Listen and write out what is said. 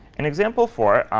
in example four,